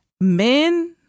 men